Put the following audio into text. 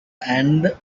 and